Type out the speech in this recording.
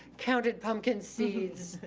counted pumpkin seeds,